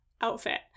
outfit